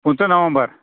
پٕنٛژٕ نومبر